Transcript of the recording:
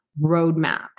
roadmap